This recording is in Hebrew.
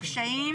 קשיים